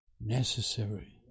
necessary